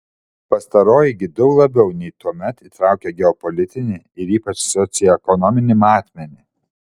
pastaroji gi daug labiau nei tuomet įtraukia geopolitinį ir ypač socioekonominį matmenį